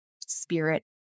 spirit